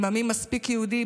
עם המי מספיק יהודי,